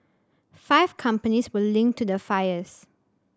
five companies were linked to the fires